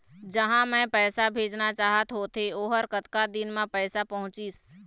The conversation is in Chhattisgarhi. जहां मैं पैसा भेजना चाहत होथे ओहर कतका दिन मा पैसा पहुंचिस?